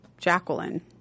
Jacqueline